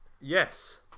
yes